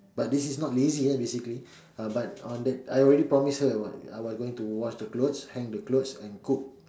but this is not lazy ah basically uh but on the I already promise her wa~ I was going to wash the clothes hang the clothes and cook